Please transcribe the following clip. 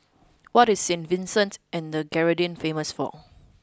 what is Saint Vincent and the Grenadines famous for